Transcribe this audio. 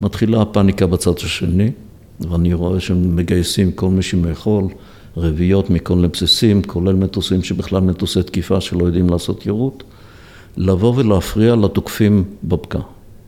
‫מתחילה הפאניקה בצד השני, ‫ואני רואה שהם מגייסים כל מי שהם יכול, ‫רביעיות מכל מיני בסיסים, ‫כולל מטוסים שבכלל מטוסי תקיפה ‫שלא יודעים לעשות יירוט, ‫לבוא ולהפריע לתוקפים בבקע.